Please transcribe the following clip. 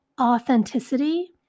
authenticity